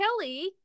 Kelly